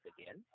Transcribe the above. again